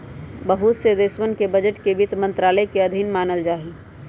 बहुत से देशवन के बजट के वित्त मन्त्रालय के अधीन मानल जाहई